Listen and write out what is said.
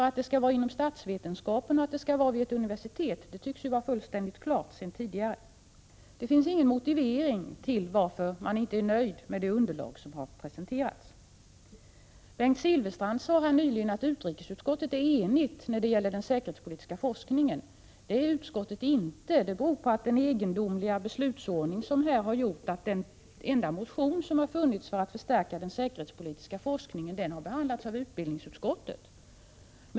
Att det skall vara inom statsvetenskapen och att det skall vara vid ett universitet tycks vara fullständigt klart sedan tidigare. Det finns ingen motivering till varför man inte är nöjd med det underlag som har presenterats. Bengt Silfverstrand sade nyligen att utrikesutskottet är enigt när det gäller den säkerhetspolitiska forskningen. Men det är inte utskottet. Den egendomliga beslutsordningen har gjort att den enda motion som har funnits för att förstärka den säkerhetspolitiska forskningen har behandlats av utbildningsutskottet.